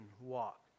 walk